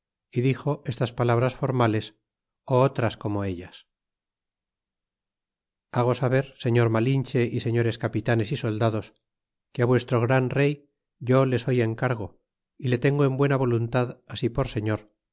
y dixo estas palabras formales otras'como ellas hago saber señor malinche y señores capitanes y soldados que vuestro gran rey yo le soy en cargo y le tengo en buena voluntad así por señor